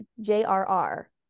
J-R-R